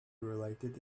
related